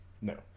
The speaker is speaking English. no